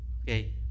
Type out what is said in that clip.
Okay